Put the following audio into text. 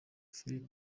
phil